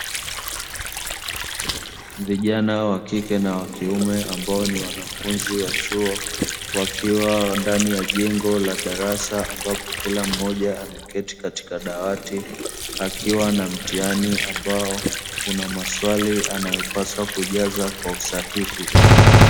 Vijana wa kike na kiume ambao ni wanafunzi wa chuo, wakiwa ndani ya jengo la darasa, ambapo kila mmoja ameketi katika dawati, akiwa na mitihani ambao una maswali anayopasa kujaza kwa usahihi.